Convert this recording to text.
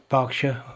Berkshire